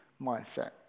mindset